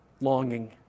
longing